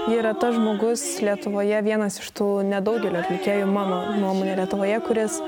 yra tas žmogus lietuvoje vienas iš tų nedaugelio atlikėjų mano nuomone lietuvoje kuris